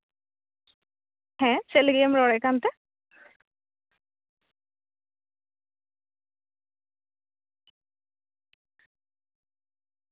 ᱦᱮᱸ ᱪᱮᱫ ᱞᱟᱹᱜᱤᱫ ᱮᱢ ᱨᱚᱲᱮᱫ ᱠᱟᱱ ᱛᱮ